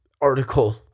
article